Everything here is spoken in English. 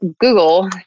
Google